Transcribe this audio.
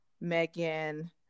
Megan